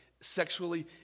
sexually